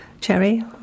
Cherry